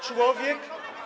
Człowiek.